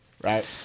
Right